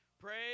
Praise